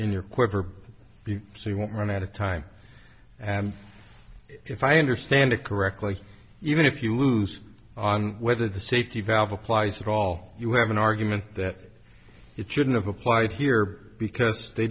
your quiver so you won't run out of time and if i understand it correctly even if you lose on whether the safety valve applies at all you have an argument that it shouldn't have applied here because they